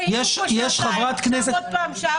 היינו פה שעתיים, עכשיו עוד פעם שעה וחצי.